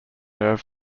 nerve